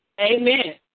Amen